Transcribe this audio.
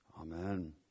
Amen